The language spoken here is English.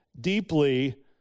deeply